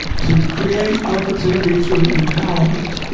to create opportunity through empowerment